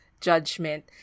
judgment